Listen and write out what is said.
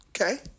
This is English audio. Okay